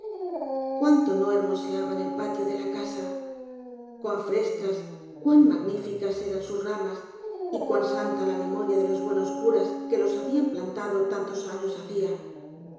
cuánto no hermoseaban el patio de la casa cuan frescas cuan magníficas eran sus ramas y cuan santa la memoria de los buenos curas que los habian plantado tantos años hacia